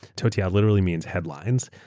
toutiao literally means headlines.